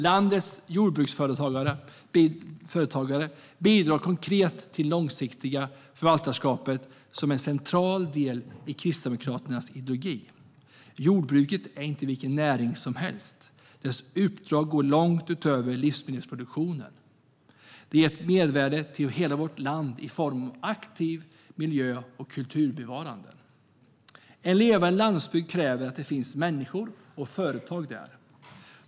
Landets jordbruksföretagare bidrar konkret till det långsiktiga förvaltarskapet, som är en central del av Kristdemokraternas ideologi. Jordbruket är inte vilken näring som helst, utan dess uppdrag går långt utöver livsmedelsproduktion. Det ger ett mervärde till hela vårt land i form av aktivt miljö och kulturbevarande. En levande landsbygd kräver att det finns människor och företag där.